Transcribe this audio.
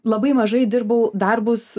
labai mažai dirbau darbus